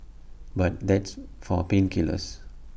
but that's for pain killers